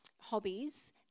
hobbies